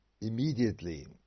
immediately